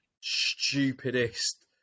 stupidest